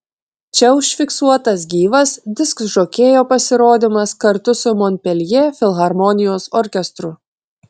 čia užfiksuotas gyvas diskžokėjo pasirodymas kartu su monpeljė filharmonijos orkestru